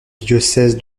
diocèse